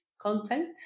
content